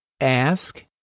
Ask